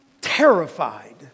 terrified